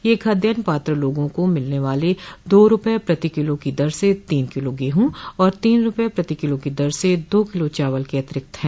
यह खाद्यान पात्र लोगों को मिलने वाले दो रूपये प्रति किलो की दर से तीन किलो गेहूँ और तीन रूपये प्रति किलो की दर से दो किलो चावल के अतिरिक्त है